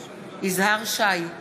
יזהר שי,